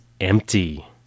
empty